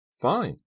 Fine